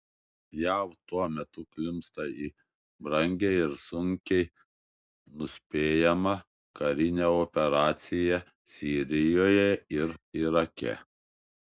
jav tuo metu klimpsta į brangią ir sunkiai nuspėjamą karinę operaciją sirijoje ir irake